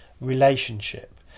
relationship